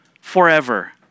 forever